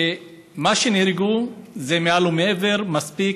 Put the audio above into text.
מי שנהרגו זה מעל ומעבר, מספיק.